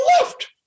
left